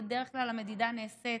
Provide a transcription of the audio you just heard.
ובדרך כלל המדידה נעשית